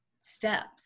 steps